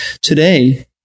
today